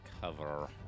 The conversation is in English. cover